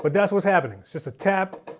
but that's what's happening. it's just a tap,